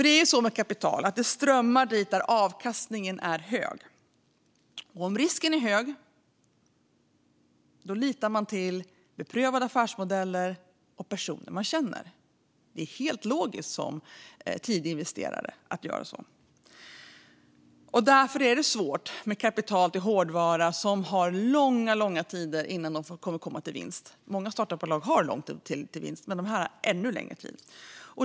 Det är ju så med kapital: Det strömmar dit där avkastningen är hög. Om risken är hög litar man till beprövade affärsmodeller och personer man känner. Det är helt logiskt att som tidig investerare göra så. Därför är det svårt med kapital till hårdvara, som har långa tider innan det kommer till vinst. Många startup-bolag har långa tider innan de kommer till vinst, men dessa bolag har ännu längre tid.